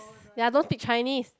ya don't speak Chinese